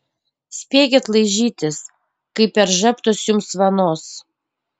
spėkit laižytis kai per žabtus jums vanos